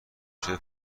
شده